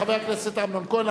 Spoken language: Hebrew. חבר הכנסת אמנון כהן,